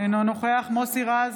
אינו נוכח מוסי רז,